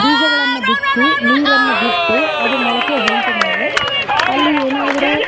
ಬೀಜಗಳನ್ನು ಬಿತ್ತಿ ನೀರನ್ನು ಬಿಟ್ಟು ಅದು ಮೊಳಕೆ ಹೊಂಟ್ಮೇಲೆ ಅಲ್ಲಿ ಏನಾದರು